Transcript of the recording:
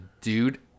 Dude